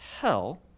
hell